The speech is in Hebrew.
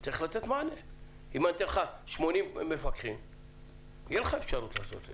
האדם תהיה לך אפשרות לעשות זאת.